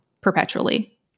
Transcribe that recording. perpetually